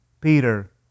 Peter